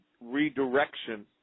redirection